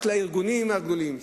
רק לארגונים הגדולים,